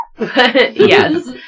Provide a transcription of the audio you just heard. Yes